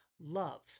love